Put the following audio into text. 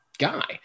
guy